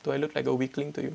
do I look like a weakling to you